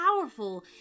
powerful